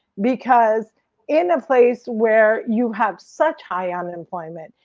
because in a place where you have such high unemployment,